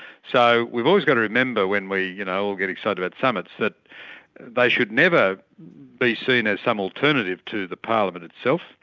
so we've always got to remember when we you know all get excited about summits, that they should never be seen as some alternative to the parliament itself,